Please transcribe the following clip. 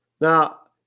Now